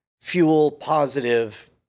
fuel-positive